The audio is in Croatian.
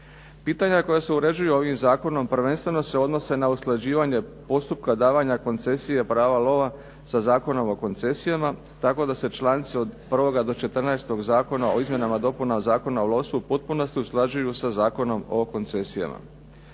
Pitanja koja se uređuju ovim zakonom prvenstveno se odnose na usklađivanje postupka davanja koncesije prava lova sa Zakonom o koncesijama, tako da se članci od prvoga do četrnaestoga Zakona o izmjenama i dopunama Zakona o lovstvu u potpunosti usklađuju sa Zakonom o koncesijama.